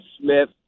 Smith